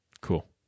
Cool